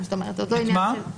כן.